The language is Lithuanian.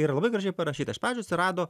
yra labai gražiai parašyta iš pradžių atsirado